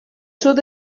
sud